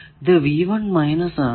ഇത് ആണ്